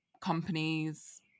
companies